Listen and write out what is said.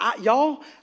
Y'all